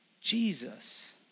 Jesus